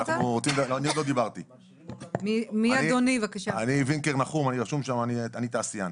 חייב לצעוק את זעקתנו של התעשיינים.